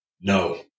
No